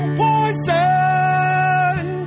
poison